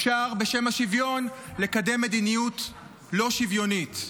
אפשר בשם השוויון לקדם מדיניות לא שוויונית.